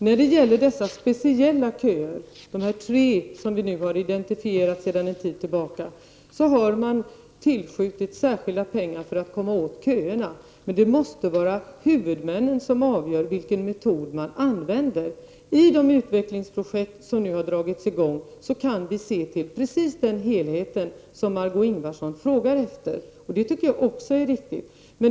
När det gäller dessa speciella köer — de tre köer som vi nu har identifierat sedan en tid tillbaka — har man tillskjutit särskilda pengar för att komma åt problemet. Det måste dock vara huvudmännen som avgör vilken metod som skall användas. I de utvecklingsprojekt som nu har dragits i gång kan vi se till just den helhet som Margö Ingvardsson frågar efter. Det tycker jag också är viktigt.